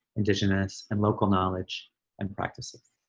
indigenous and local knowledge and practices.